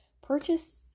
purchase